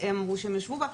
שהם אמרו שהם ישבו בה,